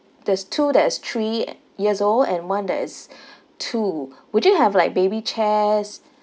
there's two that is three years old and one that is two would you have like baby chairs